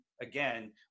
again